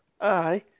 Aye